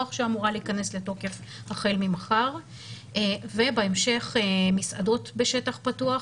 שאמורה להיכנס לתוקף החל ממחר ובהמשך מסעדות בשטח פתוח,